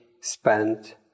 spent